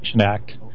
act